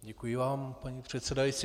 Děkuji vám, paní předsedající.